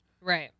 Right